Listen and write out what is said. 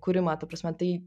kūrimą ta prasme tai